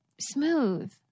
Smooth